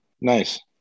nice